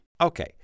Okay